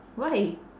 why